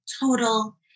total